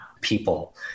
People